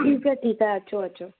ठीकु आहे ठीकु आहे अचो अचो